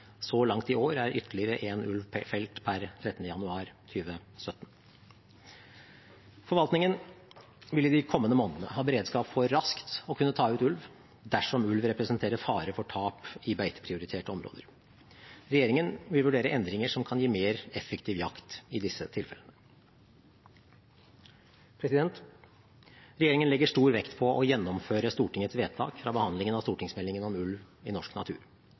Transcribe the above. Så langt i år er ytterligere en ulv felt, per 13. januar 2017. Forvaltningen vil i de kommende månedene ha beredskap for raskt å kunne ta ut ulv dersom ulv representerer fare for tap i beiteprioriterte områder. Regjeringen vil vurdere endringer som kan gi mer effektiv jakt i disse tilfellene. Regjeringen legger stor vekt på å gjennomføre Stortingets vedtak fra behandlingen av stortingsmeldingen om ulv i norsk natur.